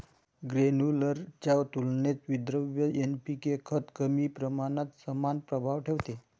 granular च्या तुलनेत विद्रव्य एन.पी.के खत कमी प्रमाणात समान प्रभाव ठेवते